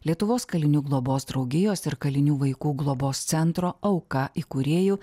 lietuvos kalinių globos draugijos ir kalinių vaikų globos centro auka įkūrėju